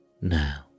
now